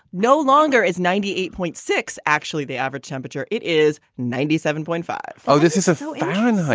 no longer is ninety eight point six. actually, the average temperature, it is ninety seven point five. oh, this is so and and high.